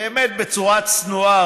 באמת בצורה צנועה,